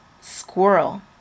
Squirrel